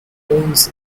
owns